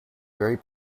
very